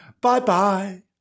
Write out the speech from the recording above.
Bye-bye